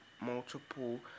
multiple